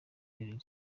berlin